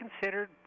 considered